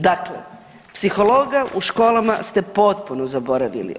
Dakle, psihologa u školama ste potpuno zaboravili.